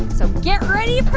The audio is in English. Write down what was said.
so get ready for